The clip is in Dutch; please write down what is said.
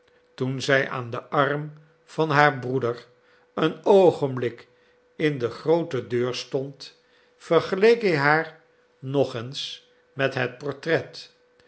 toen zij aan den arm van haar broeder een oogenblik in de groote deur stond vergeleek hij haar nog eens met het portret